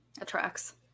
Attracts